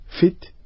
fit